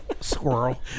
Squirrel